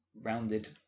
rounded